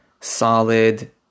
solid